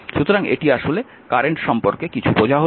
সুতরাং এটি আসলে কারেন্ট সম্পর্কে কিছুটা বোঝা হল